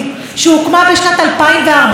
הממצאים הוגשו ב-2016,